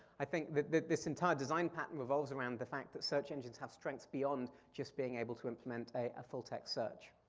i think that that this entire design pattern revolves around the fact that search engines have strengths beyond just being able to implement a full text search.